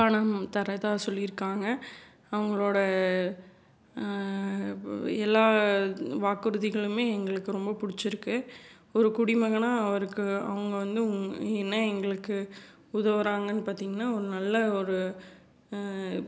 பணம் தர்றதா சொல்லியிருக்காங்க அவங்களோட எல்லா வாக்குறுதிகளுமே எங்களுக்கு ரொம்ப பிடிச்சிருக்கு ஒரு குடிமகனாக அவருக்கு அவங்க வந்து என்ன எங்களுக்கு உதவுகிறாங்கன்னு பார்த்தீங்கன்னா ஒரு நல்ல ஒரு